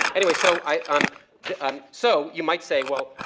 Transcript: anyway, so i um um so you might say well,